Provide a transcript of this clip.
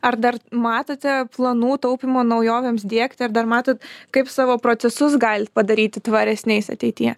ar dar matote planų taupymo naujovėms diegti ar dar matot kaip savo procesus galit padaryti tvaresniais ateityje